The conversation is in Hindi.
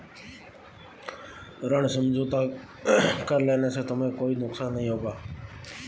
ऋण समझौता कर लेने से तुम्हें कोई नुकसान नहीं होगा